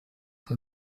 the